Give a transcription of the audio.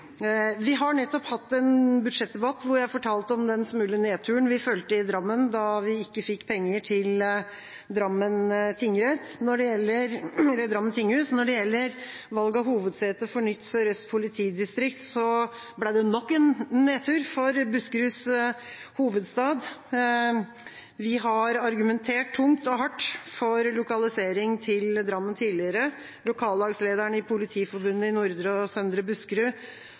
Vi har nettopp hatt en budsjettdebatt hvor jeg fortalte om den smule nedturen vi følte i Drammen da vi ikke fikk penger til Drammen tinghus. Når det gjelder valg av hovedsete for nytt Sør-Øst politidistrikt, ble det nok en nedtur for Buskeruds hovedstad. Vi har argumentert tungt og hardt for lokalisering til Drammen tidligere. Lokallagslederen i Politiforbundet i Nordre og Søndre Buskerud